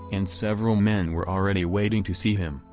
and several men were already waiting to see him,